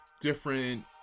different